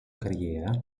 carriera